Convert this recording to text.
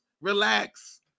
Relax